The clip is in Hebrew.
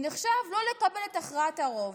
זה נחשב לא לקבל את הכרעת הרוב.